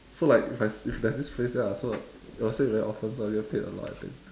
so like if I s~ if there's this phrase then I also it was said very often so I will get paid a lot I think